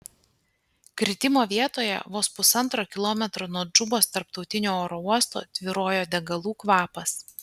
kritimo vietoje vos pusantro kilometro nuo džubos tarptautinio oro uosto tvyrojo degalų kvapas